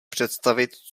představit